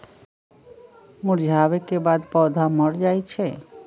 मुरझावे के बाद पौधा मर जाई छई